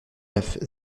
neuf